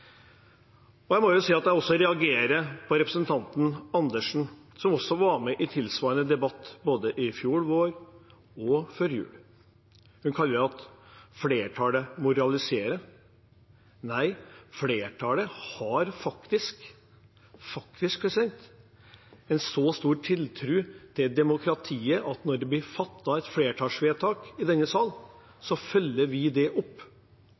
Jeg må si at jeg også reagerer på representanten Karin Andersen, som også var med i tilsvarende debatt både i fjor vår og før jul. Hun sier at flertallet moraliserer. Nei, flertallet har faktisk en så stor tiltro til demokratiet at når det blir fattet et flertallsvedtak i denne sal, følger vi det opp. Det er det det handler om. Vi følger opp